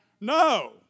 No